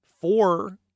four